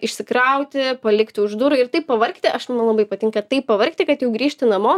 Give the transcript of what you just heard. išsikrauti palikti už durų ir taip pavargti aš labai patinka taip pavargti kad jau grįžti namo